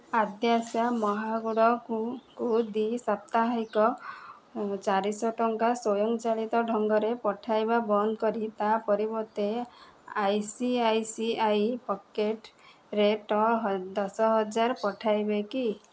ଆଦ୍ୟାଶା ମହାକୁଡ଼ଙ୍କୁ ଦ୍ୱିସାପ୍ତାହିକ ଚାରିଶହ ଟଙ୍କା ସ୍ୱୟଂ ଚାଳିତ ଢଙ୍ଗରେ ପଠାଇବା ବନ୍ଦ କରି ତା ପରିବର୍ତ୍ତେ I C I C I ପକେଟ୍ରେ ଟ ଦଶହଜାର ପଠାଇବେ କି